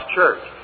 Church